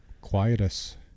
Quietus